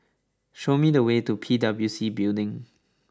show me the way to P W C Building